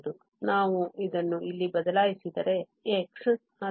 ನಾವು ಇದನ್ನು ಇಲ್ಲಿ ಬದಲಾಯಿಸಿದರೆ x